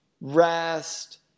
rest